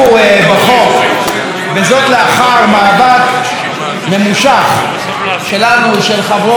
וזאת לאחר מאבק ממושך שלנו ושל חברות וחברי הקואליציה,